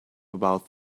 about